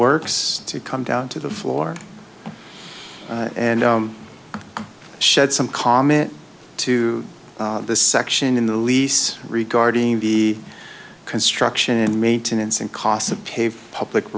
works to come down to the floor and shed some comment to the section in the lease regarding the construction and maintenance and costs of p